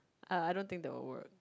uh I don't think that will work